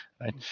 right